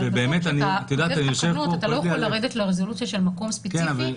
אבל בתקנות אתה לא יכול לרדת לרזולוציה של מקום ספציפי,